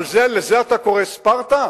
לזה אתה קורא ספרטה?